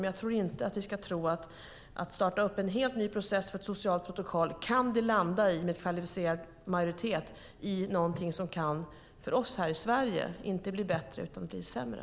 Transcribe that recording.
Men startar man en helt ny process för ett socialt protokoll kan det landa i, med kvalificerad majoritet, någonting som för oss här i Sverige inte blir bättre utan sämre.